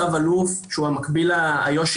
צו אלוף שהוא המקביל של איו"ש,